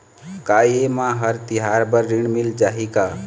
का ये मा हर तिहार बर ऋण मिल जाही का?